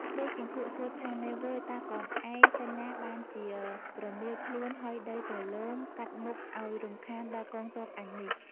មេគីង្គក់សួរថា “ នែវ៉ឺយតើកនឯងទៅណាបានជា ប្រមៀលខ្លួនហុយដីទលោមកាត់មុខឱ្យរំខានដល់កងទ័ពអញនេះ? ” ។